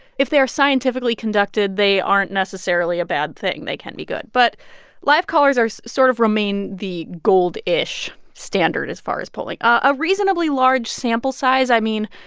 if they are scientifically conducted, they aren't necessarily a bad thing they can be good. but live callers are sort of remain the gold-ish standard as far as polling a reasonably large sample size i mean,